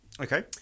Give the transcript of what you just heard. okay